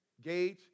gauge